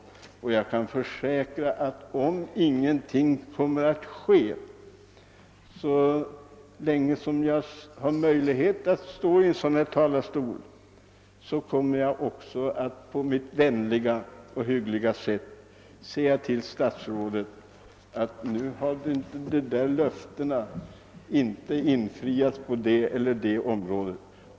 Men om ingenting händer på detta område kommer jag, så länge jag har möjlighet att stå i riksdagens talarstol, att på mitt vänliga sätt påminna statsrådet om att här har inte de löften som givits infriats.